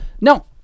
no